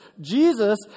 Jesus